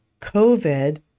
COVID